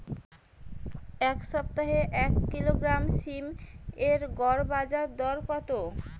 এই সপ্তাহে এক কিলোগ্রাম সীম এর গড় বাজার দর কত?